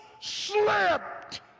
slipped